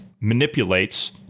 manipulates